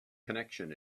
connection